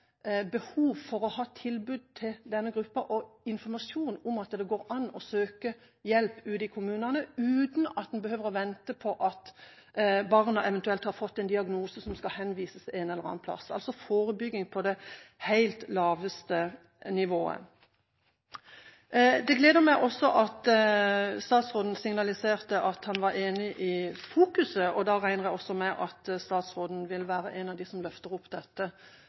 går an å søke hjelp ute i kommunene uten at man behøver å vente på at barna eventuelt har fått en diagnose og skal henvises til en eller annen plass – altså forebygging helt på det laveste nivået. Det gleder meg også at statsråden signaliserte at han var enig i fokuseringen. Da regner jeg også med at statsråden vil være en av dem som løfter opp dette